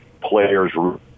players